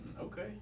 Okay